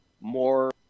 more